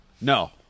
No